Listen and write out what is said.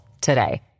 today